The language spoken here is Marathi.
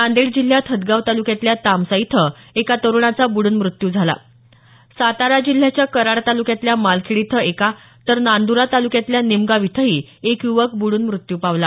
नांदेड जिल्ह्यात हदगाव तालुक्यातल्या तामसा इथं एका तरूणाचा बुडून मृत्यु झाला सातारा जिल्ह्याच्या कराड तालुक्यातल्या मालखेड इथं एका तर नांदरा तालुक्यातल्या निमगाव इथही एक युवक बुडून मृत्यू पावला